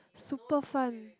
super fun